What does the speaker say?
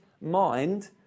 mind